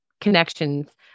connections